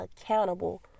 accountable